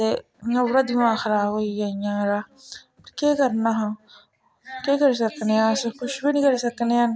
ते पूरा दमाग खराब होई गेआ इ'यां मेरा केह् करना हा केह् करी सकनें आं अस कुछ बी नी करी सकने हैन